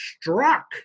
struck